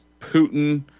Putin